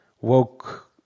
woke—